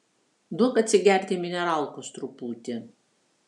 duok atsigerti mineralkos truputį